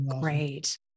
Great